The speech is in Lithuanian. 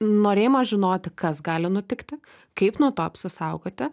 norėjimas žinoti kas gali nutikti kaip nuo to apsisaugoti